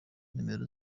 nomero